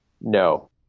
No